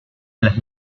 las